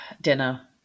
dinner